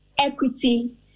equity